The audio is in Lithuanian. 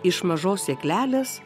iš mažos sėklelės